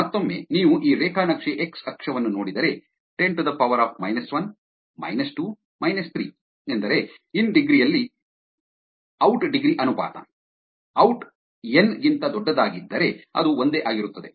ಮತ್ತೊಮ್ಮೆ ನೀವು ಈ ರೇಖಾ ನಕ್ಷೆ ಎಕ್ಸ್ ಅಕ್ಷವನ್ನು ನೋಡಿದರೆ 10 1 2 3 ಎಂದರೆ ಇನ್ ಡಿಗ್ರಿ ಯಲ್ಲಿ ನ ಔಟ್ ಡಿಗ್ರಿ ಅನುಪಾತ ಔಟ್ ಎನ್ ಗಿಂತ ದೊಡ್ಡದಾಗಿದ್ದರೆ ಅದು ಒಂದೇ ಆಗಿರುತ್ತದೆ